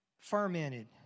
fermented